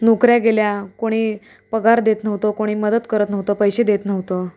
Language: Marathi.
नोकऱ्या गेल्या कोणी पगार देत नव्हतं कोणी मदत करत नव्हतं पैसे देत नव्हतं